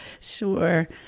Sure